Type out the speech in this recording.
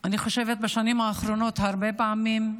אני חושבת, בשנים האחרונות הרבה פעמים.